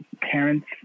parents